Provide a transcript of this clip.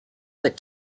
but